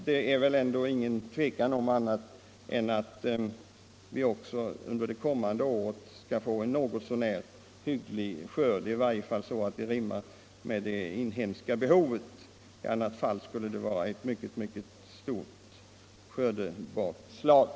Det är väl nog inget 26 februari 1975 tvivel om att vi också under det kommande året kan få en något så när hygglig skörd, i varje fall så stor att den räcker för det inhemska Lagring av behovet; i annat fall skulle det vara ett mycket stort skördebakslag.